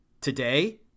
today